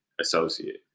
associate